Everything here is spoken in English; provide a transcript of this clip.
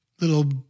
Little